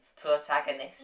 protagonist